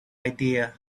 idea